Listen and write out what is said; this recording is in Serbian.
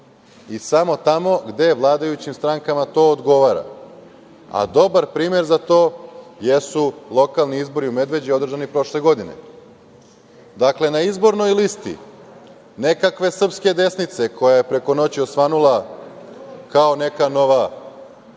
i samo tamo gde vladajućim strankama to odgovara, a dobar primer za to jesu lokalni izbori u Medveđi održani prošle godine. Dakle na izbornoj listi nekakve srpske desnice, koja je preko noći osvanula kao neka nova